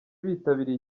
bitabiriye